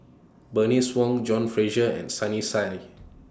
Bernice Wong John Fraser and Sunny Sia